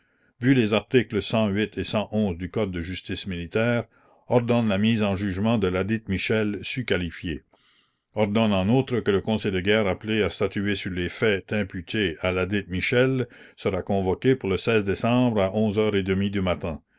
vu les articles et du code de justice militaire la commune ordonne la mise en jugement de ladite michel sus qualifiée ordonne en outre que le conseil de guerre appelé à statuer sur les faits imputés à ladite michel sera convoqué pour le décembre à heures du matin